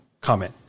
comment